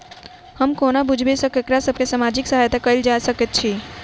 हम कोना बुझबै सँ ककरा सभ केँ सामाजिक सहायता कैल जा सकैत छै?